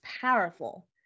powerful